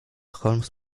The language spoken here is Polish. holmes